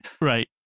right